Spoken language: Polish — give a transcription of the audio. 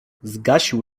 zgasił